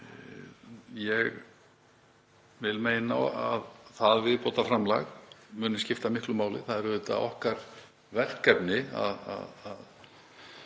ég vil meina að það viðbótarframlag muni skipta miklu máli. Það er auðvitað okkar verkefni að